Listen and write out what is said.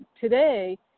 today